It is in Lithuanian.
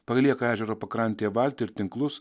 palieka ežero pakrantėje valtį ir tinklus